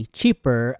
cheaper